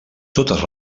totes